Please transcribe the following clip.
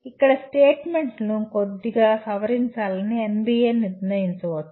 ఇక్కడ స్టేట్మెంట్లను కొద్దిగా సవరించాలని ఎన్బిఎ నిర్ణయించవచ్చు